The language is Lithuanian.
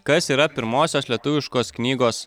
kas yra pirmosios lietuviškos knygos